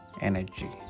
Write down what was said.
energy